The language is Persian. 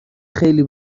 خیلی